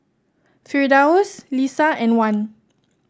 Firdaus Lisa and Wan